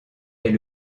est